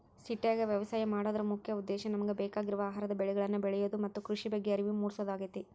ಸಿಟ್ಯಾಗ ವ್ಯವಸಾಯ ಮಾಡೋದರ ಮುಖ್ಯ ಉದ್ದೇಶ ನಮಗ ಬೇಕಾಗಿರುವ ಆಹಾರದ ಬೆಳಿಗಳನ್ನ ಬೆಳಿಯೋದು ಮತ್ತ ಕೃಷಿ ಬಗ್ಗೆ ಅರಿವು ಮೂಡ್ಸೋದಾಗೇತಿ